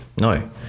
No